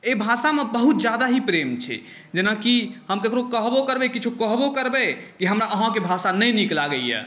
एहि भाषामे बहुत ज्यादा प्रेम छै जेनाकि हम ककरहु कहबो करबै किछो कहबो करबै कि हमरा अहाँके भाषा नहि नीक लगैए